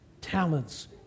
talents